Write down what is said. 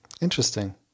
interesting